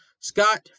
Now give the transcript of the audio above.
Scott